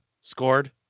scored